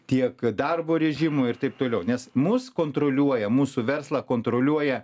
tiek darbo režimui ir taip toliau nes mus kontroliuoja mūsų verslą kontroliuoja